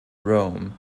rome